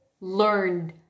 learned